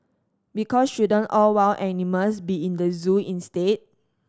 because shouldn't all wild animals be in the zoo instead